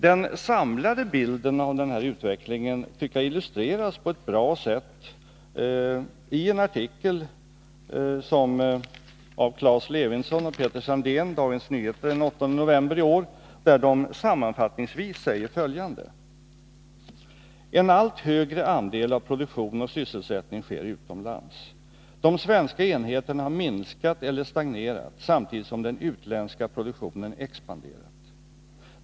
Den samlade bilden av den här utvecklingen tycker jag tecknas på ett bra sätt i en artikel av Klas Levinson och Peter Sandén i Dagens Nyheter den 8 november i år: ”En allt högre andel av produktion och sysselsättning sker utomlands. De svenska enheterna har minskat eller stagnerat, samtidigt som den utländska produktionen expanderat.